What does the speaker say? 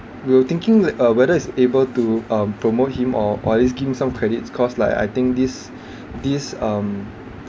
we were thinking wh~ uh whether is able to um promote him or or at least give him some credits cause like I think this this um